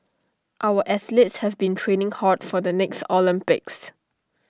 our athletes have been training hard for the next Olympics